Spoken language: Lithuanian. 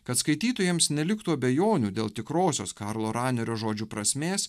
kad skaitytojams neliktų abejonių dėl tikrosios karlo ranerio žodžių prasmės